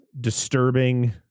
disturbing